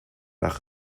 nach